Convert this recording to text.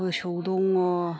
मोसौ दङ'